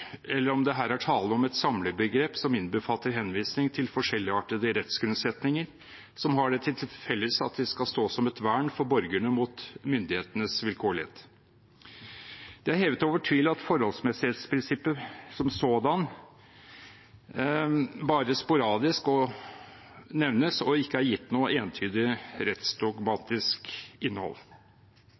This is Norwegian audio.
eller om det her er tale om et samlebegrep som innbefatter henvisning til forskjelligartede rettsgrunnsetninger som har det til felles at de skal stå som et vern for borgerne mot myndighetenes vilkårlighet. Det er hevet over tvil at forholdsmessighetsprinsippet som sådant bare nevnes sporadisk og ikke er gitt noe entydig rettsdogmatisk innhold.